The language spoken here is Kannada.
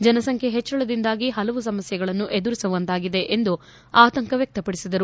ಜನಸಂಖ್ಯೆ ಹೆಚ್ಚಳದಿಂದಾಗಿ ಹಲವು ಸಮಸ್ಟೆಗಳನ್ನು ಎದುರಿಸುವಂತಾಗಿದೆ ಎಂದು ಆತಂಕ ವ್ಯಕ್ತಪಡಿಸಿದರು